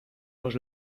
dos